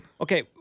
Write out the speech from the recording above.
Okay